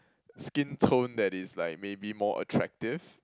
skintone that is like maybe more attractive